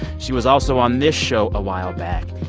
she was also on this show a while back.